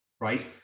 right